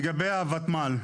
לגבי הותמ"ל,